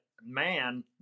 man